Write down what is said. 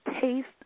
taste